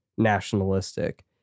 nationalistic